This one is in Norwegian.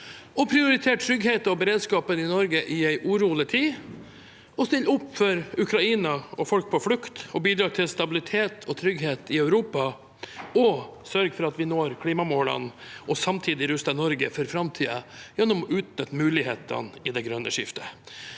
prioritere tryggheten og beredskapen i Norge i en urolig tid, å stille opp for Ukraina og folk på flukt, å bidra til stabilitet og trygghet i Europa og å sørge for at vi når klimamålene og samtidig ruster Norge for framtiden gjennom å utnytte mulighetene i det grønne skiftet.